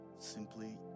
Simply